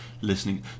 listening